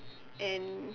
and